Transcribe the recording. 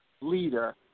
leader